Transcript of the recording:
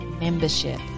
membership